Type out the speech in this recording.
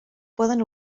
poden